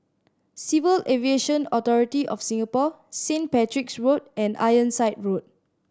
Civil Aviation Authority of Singapore Saint Patrick's Road and Ironside Road